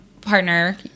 partner